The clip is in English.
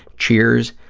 cheers,